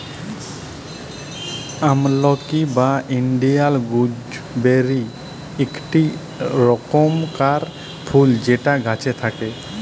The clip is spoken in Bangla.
আমলকি বা ইন্ডিয়াল গুজবেরি ইকটি রকমকার ফুল যেটা গাছে থাক্যে